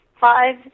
five